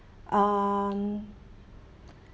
um